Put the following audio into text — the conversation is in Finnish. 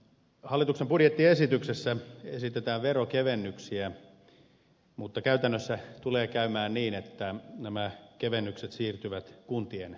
hallituksen budjettiesityksessä esitetään veronkevennyksiä mutta käytännössä tulee käymään niin että nämä kevennykset siirtyvät kuntien maksettaviksi